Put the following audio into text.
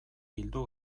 bildu